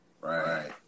Right